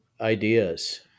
ideas